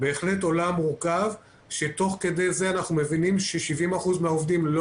בהחלט עולם מורכב שתוך כדי זה אנחנו מבינים ש-70% מהעובדים לא